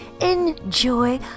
Enjoy